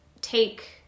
take